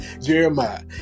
Jeremiah